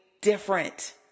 different